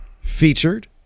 featured